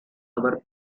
our